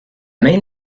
main